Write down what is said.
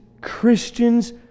Christians